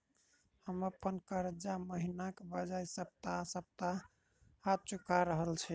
हम अप्पन कर्जा महिनाक बजाय सप्ताह सप्ताह चुका रहल छि